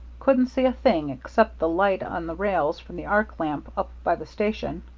couldn't see a thing except the light on the rails from the arc lamp up by the station.